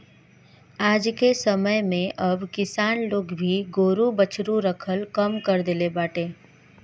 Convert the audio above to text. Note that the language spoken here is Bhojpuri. आजके समय में अब किसान लोग भी गोरु बछरू रखल कम कर देले बाटे